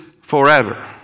forever